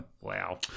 Wow